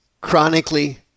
chronically